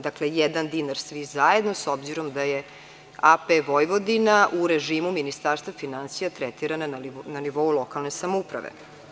Dakle, jedan dinar svi zajedno, s obzirom da je AP Vojvodina u režimu Ministarstva finansija tretirana na nivou lokalne samouprave.